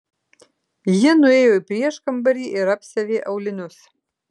ji nuėjo į prieškambarį ir apsiavė aulinius